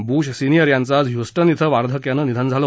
brush senior यांचं आज Houston इथं वार्धक्यानं निधन झालं